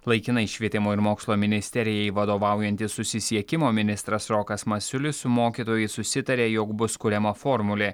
laikinai švietimo ir mokslo ministerijai vadovaujantis susisiekimo ministras rokas masiulis su mokytojais susitarė jog bus kuriama formulė